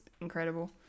incredible